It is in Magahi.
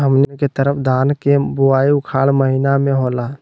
हमनी के तरफ धान के बुवाई उखाड़ महीना में होला